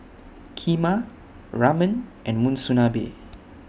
Kheema Ramen and Monsunabe